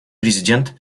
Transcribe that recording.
президент